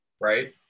right